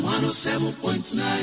107.9